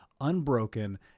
unbroken